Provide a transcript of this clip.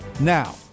Now